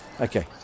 Okay